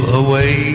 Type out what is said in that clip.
away